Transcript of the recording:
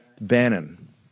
Bannon